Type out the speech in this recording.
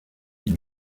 ils